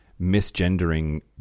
misgendering